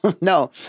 No